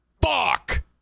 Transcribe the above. fuck